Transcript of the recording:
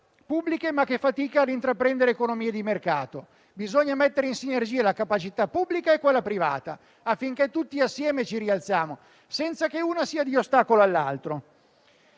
pubbliche, ma che fatica ad intraprendere economie di mercato; bisogna mettere in sinergia la capacità pubblica e quella privata affinché ci rialziamo tutti assieme, senza che una sia di ostacolo all'altra.